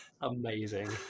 Amazing